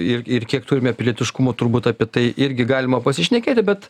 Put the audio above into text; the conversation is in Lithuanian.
ir ir kiek turime pilietiškumo turbūt apie tai irgi galima pasišnekėti bet